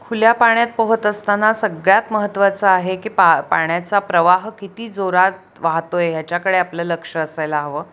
खुल्या पाण्यात पोहत असताना सगळ्यात महत्त्वाचं आहे की पा पाण्याचा प्रवाह किती जोरात वाहतो आहे ह्याच्याकडे आपलं लक्ष असायला हवं